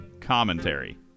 commentary